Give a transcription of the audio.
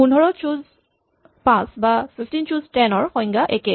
১৫ ছুজ ৫ বা ১৫ ছুজ ১০ ৰ সংজ্ঞা একে